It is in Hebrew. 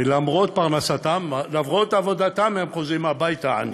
ולמרות עבודתם הם חוזרים הביתה עניים.